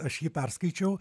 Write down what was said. aš jį perskaičiau